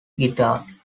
guitars